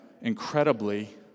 incredibly